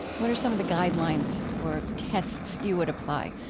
what are some of the guidelines or tests you would apply?